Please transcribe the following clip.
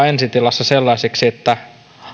ensi tilassa sellaiseksi että